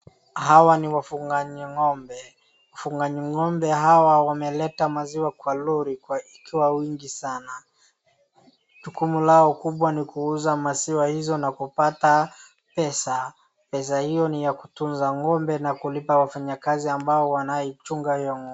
Hawa ni wafungaji ng'ombe. Wafungaji ng'ombe hawa wameleta maziwa kwa lori ikiwa wingi sana. Jukumu lao kubwa ni kuuza maziwa hizo na kupata pesa. Pesa hiyo ni ya kutuza ng'ombe na kulipa wafanyakazi ambao wanaichunga hiyo ng'ombe.